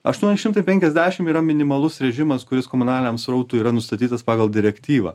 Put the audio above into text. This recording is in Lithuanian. aštuoni šimtai penkiasdešim yra minimalus režimas kuris komunaliniam srautu yra nustatytas pagal direktyvą